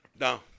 no